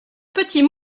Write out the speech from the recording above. petit